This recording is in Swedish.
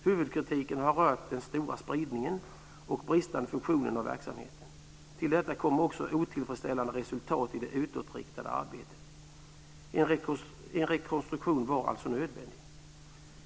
Huvudkritiken har rört den stora spridningen och bristande funktionen av verksamheten. Till detta kommer också otillfredsställande resultat i det utåtriktade arbetet. En rekonstruktion var alltså nödvändig.